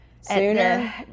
sooner